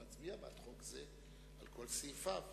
להצביע בעד חוק זה על כל סעיפיו.